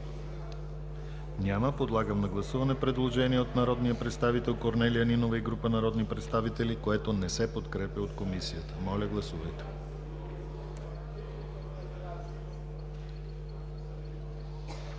Няма. Подлагам на гласуване предложение от народния представител Корнелия Нинова и група народни представители, което не се подкрепя от Комисията. Гласували